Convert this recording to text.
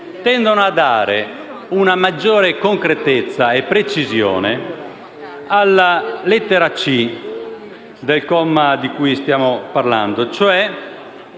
tendono a dare una maggiore concretezza e precisione alla lettera *c)* del comma di cui stiamo parlando, che